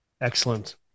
Excellent